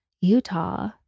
Utah